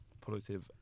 positive